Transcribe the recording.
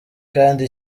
kandi